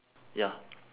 ya